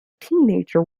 teenager